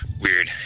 weird